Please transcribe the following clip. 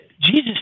Jesus